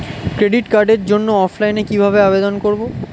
Credit কার্ডের জন্য অফলাইনে কিভাবে আবেদন করব?